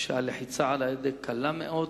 שהלחיצה על ההדק קלה מאוד,